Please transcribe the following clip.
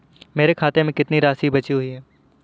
मेरे खाते में कितनी राशि बची हुई है?